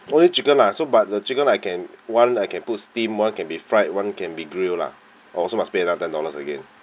no need chicken lah so but the chicken I can one I can put steamed one can be fried [one] can be grilled lah or also must pay ten dollars again